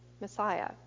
Messiah